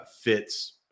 fits